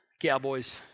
cowboys